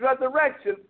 resurrection